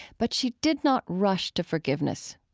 but she did not rush to forgiveness.